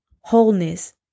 wholeness